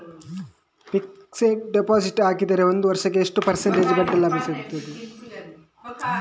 Fixed deposit ಹಾಕಿದರೆ ಒಂದು ವರ್ಷಕ್ಕೆ ಎಷ್ಟು ಪರ್ಸೆಂಟೇಜ್ ಬಡ್ಡಿ ಲಾಭ ಸಿಕ್ತದೆ?